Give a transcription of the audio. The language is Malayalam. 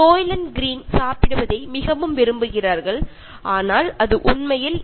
സോയിലെന്റ് ഗ്രീൻ കഴിക്കാൻ എല്ലാവർക്കും വലിയ താല്പര്യമാണ്